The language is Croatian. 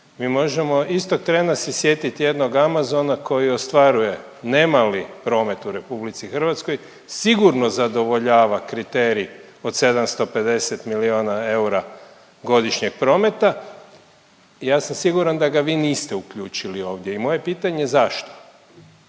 mi možemo istog trena se sjetit jednog Amazona koji ostvaruje ne mali promet u RH, sigurno zadovoljava kriterij od 750 miliona eura godišnjeg prometa, ja sam siguran da ga vi niste uključili ovdje i moje pitanje zašto?